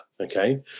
okay